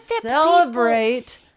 celebrate